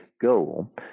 goal